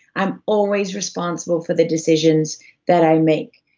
i'm always responsible for the decisions that i make.